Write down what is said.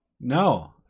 No